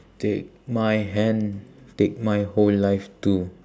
take my hand take my whole life too